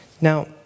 Now